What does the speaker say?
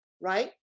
right